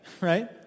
right